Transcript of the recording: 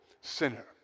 sinner